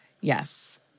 Yes